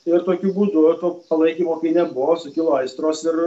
ir tokiu būdu to palaikymo nebuvo sukilo aistros ir